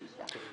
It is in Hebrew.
נגד?